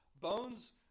bones